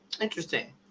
interesting